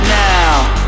now